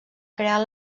crear